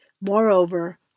Moreover